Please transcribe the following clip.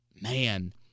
Man